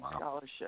scholarship